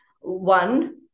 One